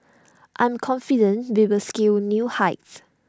I'm confident we will scale new heights